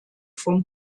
vom